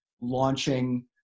launching